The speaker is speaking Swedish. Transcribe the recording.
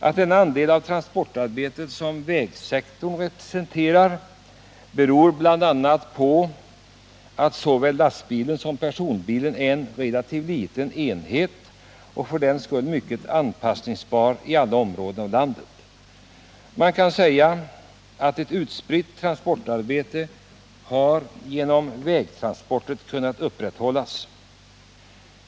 Att den andel av transportarbetet som vägsektorn representerar har ökat beror bl.a. på att såväl lastbilen som personbilen är en relativt liten enhet och för den skull mycket anpassningsbar i alla områden av landet. Man kan säga att vi genom vägtransporter kunnat upprätthålla ett utspritt transportarbete.